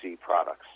products